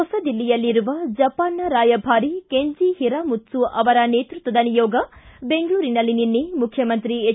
ಹೊಸದಿಲ್ಲಿಯಲ್ಲಿರುವ ಜಪಾನ್ನ ರಾಯಭಾರಿ Kenji Hiramatsu ಅವರ ನೇತೃತ್ವದ ನಿಯೋಗ ಬೆಂಗಳೂರಿನಲ್ಲಿ ನಿನ್ನೆ ಮುಖ್ಯಮಂತ್ರಿ ಹೆಚ್